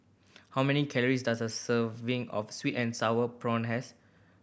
how many calories does a serving of sweet and sour prawn has